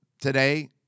Today